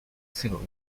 civil